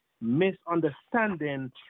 misunderstanding